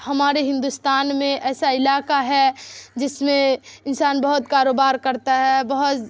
ہمارے ہندوستان میں ایسا علاقہ ہے جس میں انسان بہت کاروبار کرتا ہے بہت